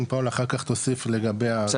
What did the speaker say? אם פאולה אחר כך תוסיף לגבי --,